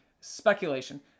Speculation